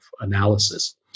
analysis